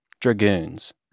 Dragoons